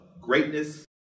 greatness